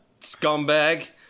scumbag